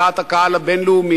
בדעת הקהל הבין-לאומית,